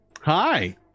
hi